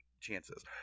chances